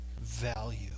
value